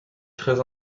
très